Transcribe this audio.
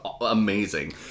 amazing